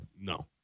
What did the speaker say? No